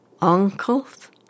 uncles